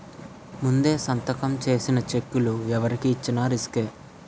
ముందే సంతకం చేసిన చెక్కులు ఎవరికి ఇచ్చిన రిసుకే